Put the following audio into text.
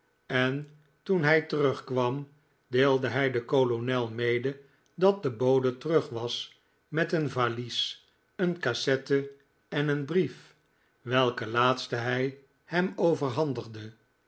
en toen hij terugkwam deelde hij den kolonel mede dat de bode terug was met een valies een cassette en een brief welken laatste hij hem overhandigde